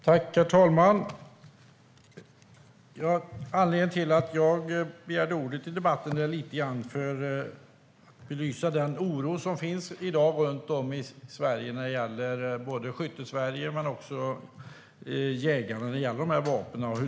Herr talman! Anledningen till att jag begärde ordet i debatten är att jag vill belysa den oro som i dag finns runt om i Sverige, i såväl skytte som jägarkretsar.